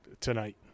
tonight